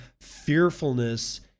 fearfulness